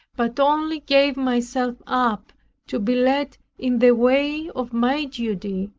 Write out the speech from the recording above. but only gave myself up to be led in the way of my duty,